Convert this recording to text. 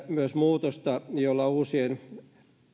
myös muutosta jolla uusien